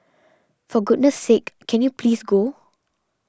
for goodness sake can you please go